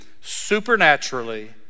supernaturally